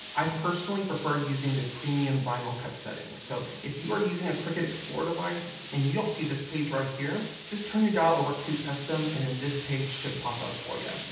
i personally prefer using the premium vinyl cut settings. so if you are using a cricut explore device and you don't see this page right here, just turn your dial over to custom and then and this page should pop up for you.